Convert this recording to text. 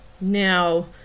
Now